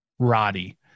Roddy